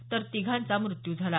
तर तिघांचा मृत्यू झाला